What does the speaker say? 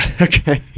Okay